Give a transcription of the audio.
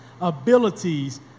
abilities